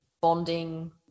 bonding